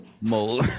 mole